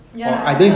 ya